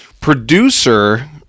producer